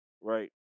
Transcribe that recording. Right